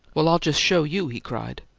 well, i'll just show you! he cried.